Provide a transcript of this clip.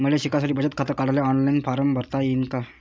मले शिकासाठी बचत खात काढाले ऑनलाईन फारम भरता येईन का?